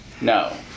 no